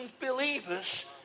believers